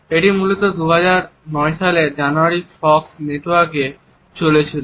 এটি মূলত 2009 সালের জানুয়ারিতে ফক্স নেটওয়ার্কে চলেছিল